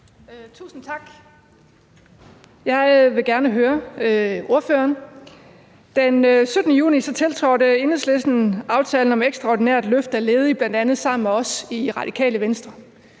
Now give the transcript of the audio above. Tusind tak. Jeg vil gerne høre ordføreren om følgende: Den 17. juni tiltrådte Enhedslisten aftalen om ekstraordinært løft af ledige, bl.a. sammen med os i Radikale Venstre,